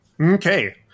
Okay